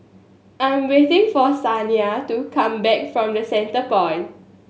I'm waiting for Saniya to come back from The Centrepoint